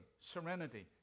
serenity